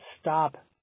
stop